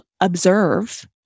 observe